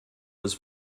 was